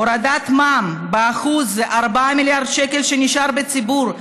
הורדת מע"מ ב-1% 4 מיליארד שקל שנשארו בציבור,